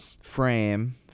frame